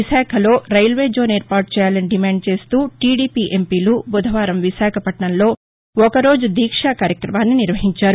విశాఖలో railway zone ఏర్పాటు చేయాలని డిమాండ్ చేస్తూ టిడిపి ఎంపి లు బుధవారం విశాఖపట్లణంలో ఒకరోజు దీక్షా కార్యక్రమాన్ని నిర్వహించారు